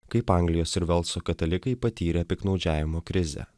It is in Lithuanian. kaip anglijos ir velso katalikai patyrė piktnaudžiavimo krizę